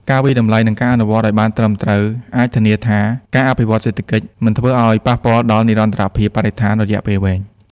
ការវាយតម្លៃ និងការអនុវត្តឲ្យបានត្រឹមត្រូវអាចធានាថាការអភិវឌ្ឍន៍សេដ្ឋកិច្ចមិនធ្វើឲ្យប៉ះពាល់ដល់និរន្តរភាពបរិស្ថានរយៈពេលវែង។